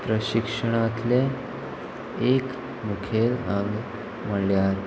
प्रशिक्षणांतले एक मुखेल आंग म्हणल्यार